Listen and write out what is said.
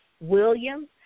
Williams